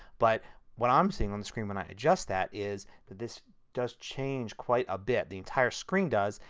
but what i'm seeing on the screen when i adjust that is this does change quite a bit, the entire screen does,